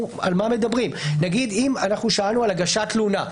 על מה מדברים נגיד אם שאלנו על הגשת תלונה.